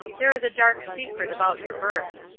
there is a dark secret about your birth.